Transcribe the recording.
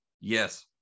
Yes